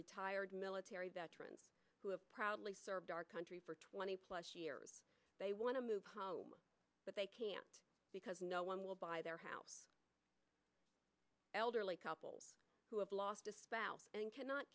retired military veterans who have proudly served our country for twenty plus years they want to move but they can't because no one will buy their house elderly couple who have lost a spouse and cannot